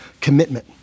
commitment